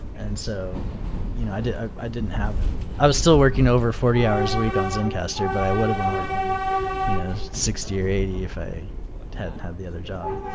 and so you know i ah i didn't have i was still working over forty hours a week on zencastr, but i would have been working you know sixty or eighty if i hadn't had the other job.